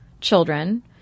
children